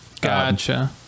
gotcha